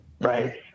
Right